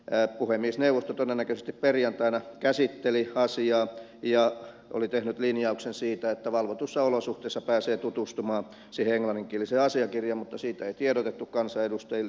puhemiesneuvosto todennäköisesti perjantaina käsitteli asiaa ja oli tehnyt linjauksen siitä että valvotuissa olosuhteissa pääsee tutustumaan siihen englanninkieliseen asiakirjaan mutta siitä ei tiedotettu kansanedustajille